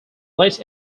less